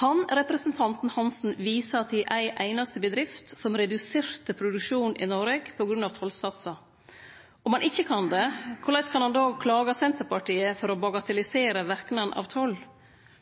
Kan representanten Hansen vise til ei einaste bedrift som reduserte produksjonen i Noreg på grunn av tollsatsar? Om han ikkje kan det, korleis kan han då klage Senterpartiet for å bagatellisere verknaden av toll?